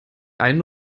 einen